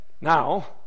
now